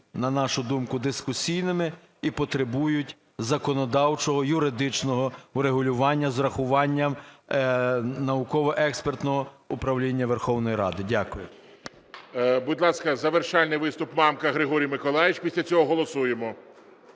на нашу думку, дискусійними і потребують законодавчого юридичного регулювання з урахуванням науково-експертного управління Верховної Ради. Дякую.